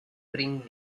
bring